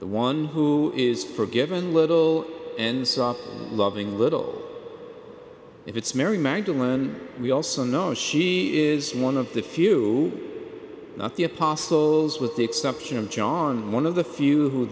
the one who is forgiven little ends up loving little if it's mary magdalen we also know she is one of the few not the apostles with the exception of john one of the few who